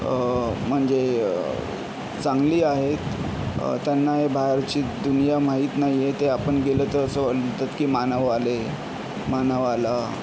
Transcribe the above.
म्हणजे चांगली आहेत त्यांना हे बाहेरची दुनिया माहीत नाही आहे ते आपण गेलो तर असं म्हणतात की मानव आले मानव आला